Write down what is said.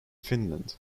finland